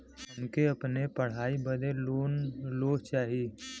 हमके अपने पढ़ाई बदे लोन लो चाही?